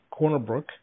Cornerbrook